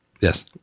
Yes